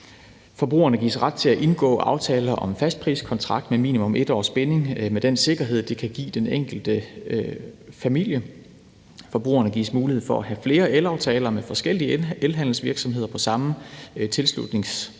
Forbrugerne gives ret til at indgå aftaler om fastpriskontrakter med minimum 1 års binding med den sikkerhed, det kan give den enkelte familie. Forbrugerne gives mulighed for at have flere elaftaler med forskellige elhandelsvirksomheder på samme tilslutningspunkt.